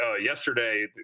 Yesterday